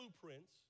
blueprints